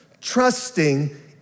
trusting